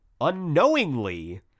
unknowingly